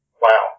Wow